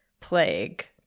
plague